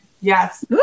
Yes